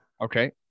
Okay